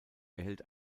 erhält